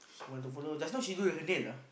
she want to follow just now she do her nail ah